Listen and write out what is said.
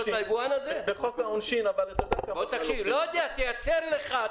בחוק העונשין אבל --- לא יודע, תייצר לך.